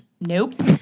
Nope